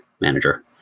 manager